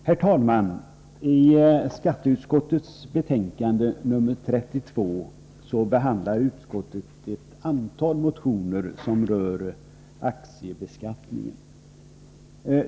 Herr talman! I skatteutskottets betänkande 32 behandlas ett antal motioner som rör aktiebeskattningen.